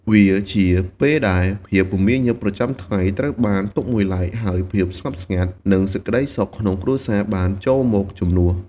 វាជាពេលដែលភាពមមាញឹកប្រចាំថ្ងៃត្រូវបានទុកមួយឡែក ហើយភាពស្ងប់ស្ងាត់ និងសេចក្តីសុខក្នុងគ្រួសារបានចូលមកជំនួស។